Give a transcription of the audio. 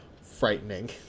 frightening